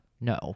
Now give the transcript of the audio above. No